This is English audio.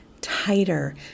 tighter